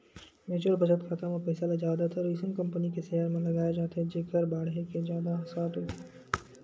mutual बचत खाता म पइसा ल जादातर अइसन कंपनी के सेयर म लगाए जाथे जेखर बाड़हे के जादा असार रहिथे